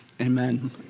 Amen